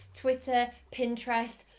twitter, pinterest,